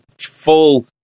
full